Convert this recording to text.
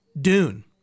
Dune